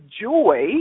joy